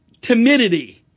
timidity